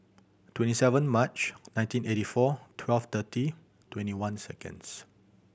twenty seven March nineteen eighty four twelve thirty twenty one seconds